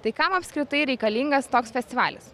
tai kam apskritai reikalingas toks festivalis